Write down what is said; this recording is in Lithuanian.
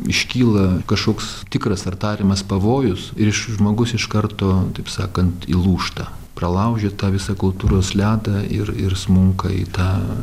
iškyla kažkoks tikras ar tariamas pavojus ir iš žmogus iš karto taip sakant įlūžta pralaužia tą visą kultūros ledą ir ir smunka į tą